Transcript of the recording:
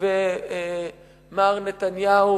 ומר נתניהו